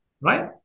Right